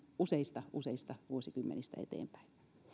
useista useista vuosikymmenistä eteenpäin